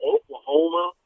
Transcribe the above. Oklahoma